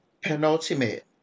penultimate